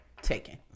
taken